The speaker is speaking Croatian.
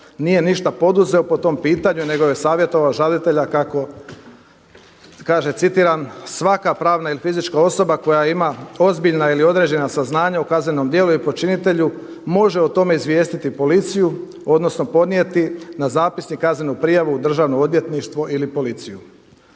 nije ništa poduzeo po tom pitanju nego je savjetovao žalitelja kako kaže, citiram: „Svaka pravna ili fizička osoba koja ima ozbiljna ili određena saznanja o kaznenom djelu i počinitelju može o tome izvijestiti policiju, odnosno podnijeti na zapisnik kaznenu prijavu u Državno odvjetništvo ili policiju.“